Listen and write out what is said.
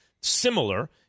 Similar